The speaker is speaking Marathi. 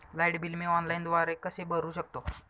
लाईट बिल मी ऑनलाईनद्वारे कसे भरु शकतो?